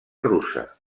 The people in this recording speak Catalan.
russa